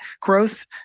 growth